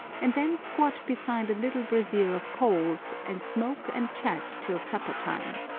and then squat beside a little brazier of coals, and smoke and chat till supper-time.